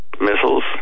missiles